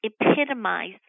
epitomize